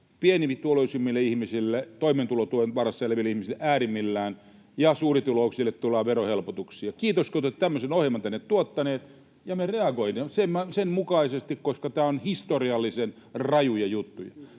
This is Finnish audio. pienituloisimmille ihmisille, toimeentulotuen varassa eläville ihmisille äärimmillään, ja suurituloisille tulee verohelpotuksia. Kiitos, kun te olette tämmöisen ohjelman tänne tuottaneet, ja me reagoimme sen mukaisesti, koska nämä ovat historiallisen rajuja juttuja.